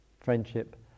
Friendship